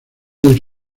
del